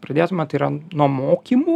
pradėtume tai yra nuo mokymų